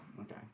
Okay